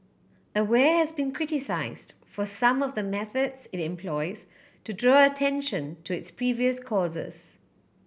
aware has been criticised for some of the methods it employs to draw attention to its previous causes